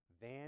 Van